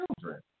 children